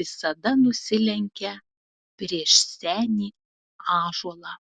visada nusilenkia prieš senį ąžuolą